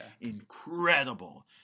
Incredible